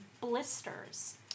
blisters